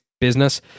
business